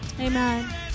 amen